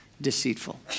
deceitful